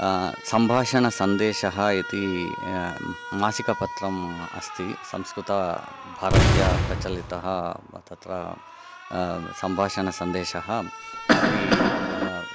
सम्भाषणसन्देशः इति मासिकपत्रम् अस्ति संस्कृतभारत्या प्रचलितः तत्र सम्भाषणसन्देशः अपि